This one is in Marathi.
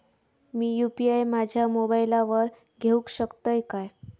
मी यू.पी.आय माझ्या मोबाईलावर घेवक शकतय काय?